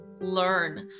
learn